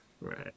Right